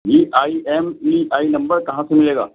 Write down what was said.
E I M E I نمبر کہاں سے ملے گا